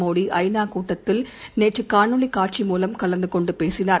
மோடி ஐ நா கூட்டத்தில் இன்று காணொளி காட்சி மூலம் கலந்து கொண்டு பேசினார்